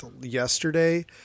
yesterday